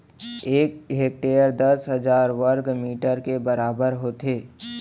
एक हेक्टर दस हजार वर्ग मीटर के बराबर होथे